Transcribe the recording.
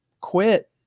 Quit